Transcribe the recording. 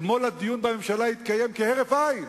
אתמול הדיון בממשלה התקיים כהרף עין,